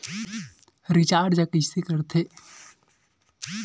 Recharge कइसे कर थे?